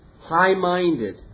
high-minded